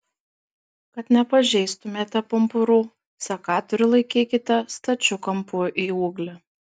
kad nepažeistumėte pumpurų sekatorių laikykite stačiu kampu į ūglį